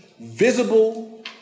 visible